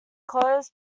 closed